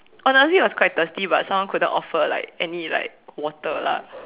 honestly I was quite thirsty but someone couldn't offer like any like water lah